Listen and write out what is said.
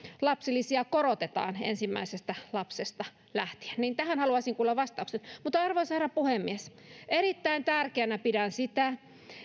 lapsilisiä korotetaan ensimmäisestä lapsesta lähtien niin tähän haluaisin kuulla vastauksen arvoisa herra puhemies erittäin tärkeänä pidän sitä